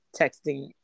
texting